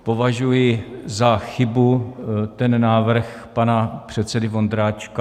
Považuji za chybu návrh pana předsedy Vondráčka.